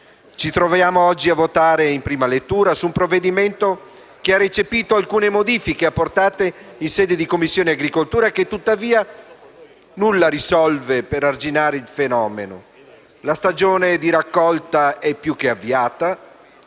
Ci troviamo oggi a votare in prima lettura su un provvedimento che ha recepito alcune modifiche apportate in sede di Commissione agricoltura, ma che tuttavia nulla risolve per arginare il fenomeno. La stagione di raccolta è più che avviata.